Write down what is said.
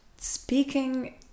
speaking